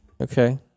okay